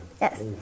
Yes